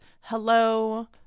Hello